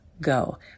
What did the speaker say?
go